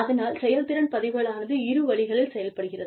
அதனால் செயல்திறன் பதிவுகளானது இரு வழிகளில் செயல்படுகிறது